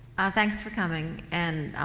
thanks for coming. and, i,